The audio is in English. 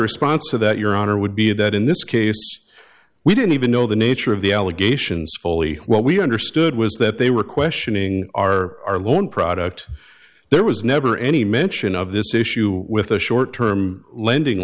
response to that your honor would be that in this case we didn't even know the nature of the allegations fully what we understood was that they were questioning our our loan product there was never any mention of this issue with the short term lending